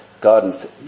God